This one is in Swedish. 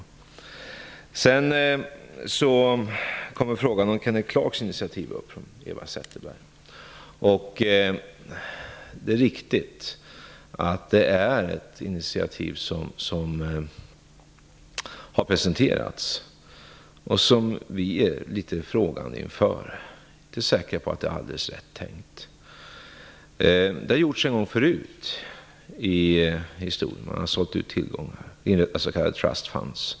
Eva Zetterberg tar upp frågan om Kenneth Clarkes initiativ. Det är riktigt att ett initiativ har presenterats. Vi står litet frågande inför det. Vi är inte säkra på det är alldeles rätt tänkt. Det har gjorts en gång förut i historien. Man har sålt ut tillgångar och inrättat s.k. trust funds.